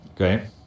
okay